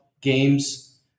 games